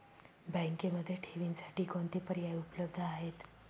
बँकेमध्ये ठेवींसाठी कोणते पर्याय उपलब्ध आहेत?